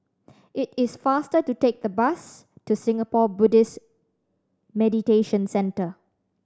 it is faster to take the bus to Singapore Buddhist Meditation Centre